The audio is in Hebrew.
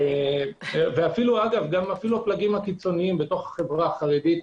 אפילו הפלגים הקיצונים בתוך החברה החרדית,